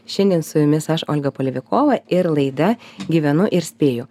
šiandien su jumis aš olga palevikova ir laida gyvenu ir spėju